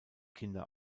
kinder